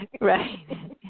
Right